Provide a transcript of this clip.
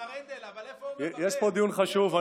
השר הנדל, אבל איפה, יש פה דיון חשוב.